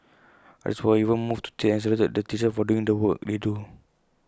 others were even moved to tears and saluted the teachers for doing the work they do